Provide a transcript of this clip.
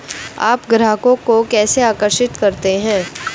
आप ग्राहकों को कैसे आकर्षित करते हैं?